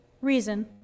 reason